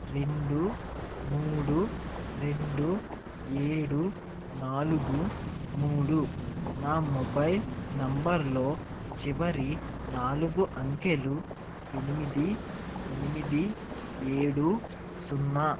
రెండు మూడు రెండు ఏడు నాలుగు మూడు నా మొబైల్ నంబర్లో చివరి నాలుగు అంకెలు ఎనిమిది ఎనిమిది ఏడు సున్నా